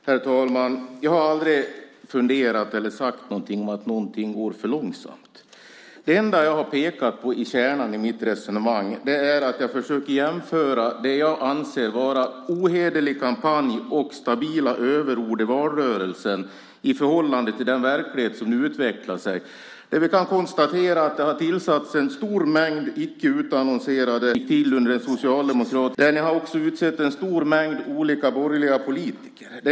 Herr talman! Jag har aldrig sagt att någonting går för långsamt. Jag har bara pekat på kärnan i mitt resonemang och försöker jämföra det som jag anser vara ohederlig kampanj och stabila överord i valrörelsen med den verklighet som utvecklar sig. Jag kan konstatera att det har tillsatts en stor mängd generaldirektörer, tjänster som inte har utannonserats. Regeringen har också utsett en stor mängd borgerliga politiker.